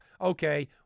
Okay